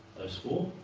those for?